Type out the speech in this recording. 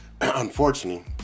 unfortunately